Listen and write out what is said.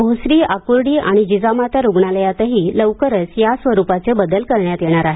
भोसरी आकुर्डी आणि जिजामाता रुग्णालयातही लवकरच या स्वरूपाचे बदल करण्यात येणार आहे